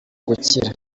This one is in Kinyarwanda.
gukira